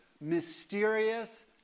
mysterious